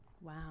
Wow